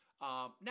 now